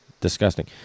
disgusting